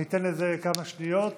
ניתן כמה שניות